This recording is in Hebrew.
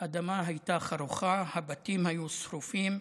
האדמה הייתה חרוכה, הבתים היו שרופים,